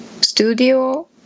studio